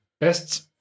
Best